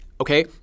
okay